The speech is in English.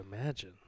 imagine